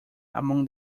among